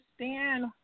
understand